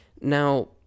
Now